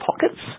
pockets